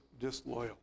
disloyal